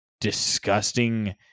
disgusting